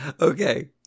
Okay